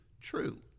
true